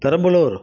Perambalur